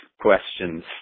questions